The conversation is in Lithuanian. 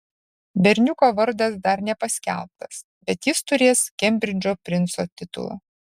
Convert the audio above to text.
berniuko vardas dar nepaskelbtas bet jis turės kembridžo princo titulą